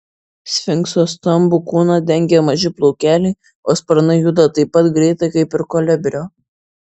sfinkso stambų kūną dengia maži plaukeliai o sparnai juda taip pat greitai kaip ir kolibrio